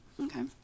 Okay